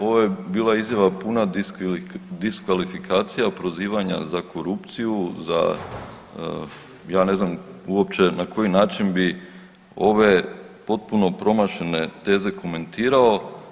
Ovo je bila izjava puna diskvalifikacija, prozivanja za korupciju, za ja ne znam uopće na koji način bi ove potpuno promašene teze komentirao.